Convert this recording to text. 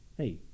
hey